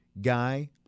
guy